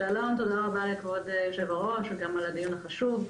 תודה רבה כבוד יושב הראש על הדיון החשוב.